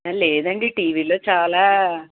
లేదండి టీవీలో చాలా